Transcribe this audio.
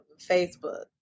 Facebook